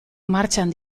martxan